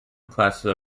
classes